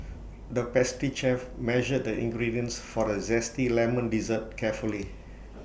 the pastry chef measured the ingredients for A Zesty Lemon Dessert carefully